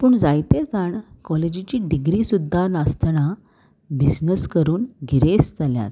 पूण जायते जाण कॉलेजीची डिग्री सुद्दां नासतना बिजनस करून गिरेस्त जाल्यात